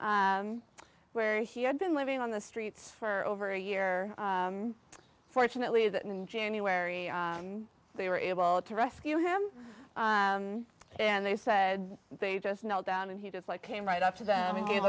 where he had been living on the streets for over a year fortunately that in january they were able to rescue him and they said they just knelt down and he just like came right up to them and gave